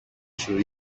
σου